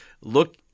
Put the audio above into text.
look